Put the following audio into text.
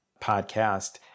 podcast